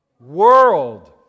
world